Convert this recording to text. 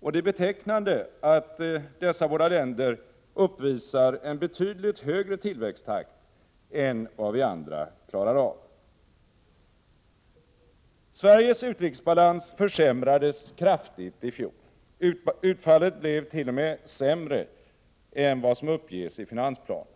och det är betecknande att dessa båda länder uppvisar en betydligt högre tillväxttakt än vad vi andra klarar av. Sveriges utrikesbalans försämrades kraftigt i fjol. Utfallet blev t.o.m. sämre än vad som uppges i finansplanen.